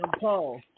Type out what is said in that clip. Paul